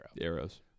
Arrows